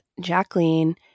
Jacqueline